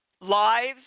lives